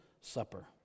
Supper